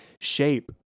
shape